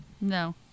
No